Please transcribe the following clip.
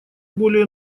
более